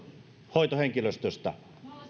hoitohenkilöstöstä